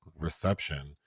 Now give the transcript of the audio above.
reception